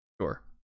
sure